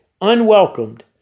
unwelcomed